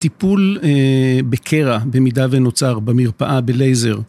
טיפול בקרע במידה ונוצר, במרפאה, בלייזר.